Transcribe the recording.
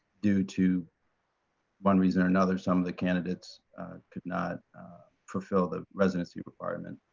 due to one reason or another, some of the candidates could not fulfill the residency requirement.